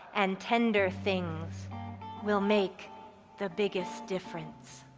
and tender things will make the biggest difference?